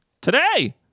Today